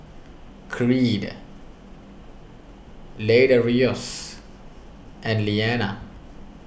Creed Ladarius and Liana